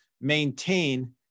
maintain